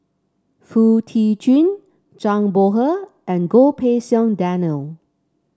Foo Tee Jun Zhang Bohe and Goh Pei Siong Daniel